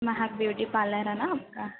महक beauty parlour है ना आपका